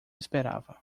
esperava